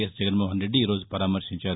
yes Jagan Mohan Reddy ఈరోజు పరామర్శించారు